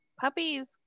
Puppies